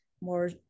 more